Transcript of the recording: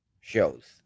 shows